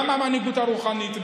גם המנהיגות הרוחנית,